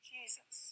Jesus